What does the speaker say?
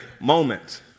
moment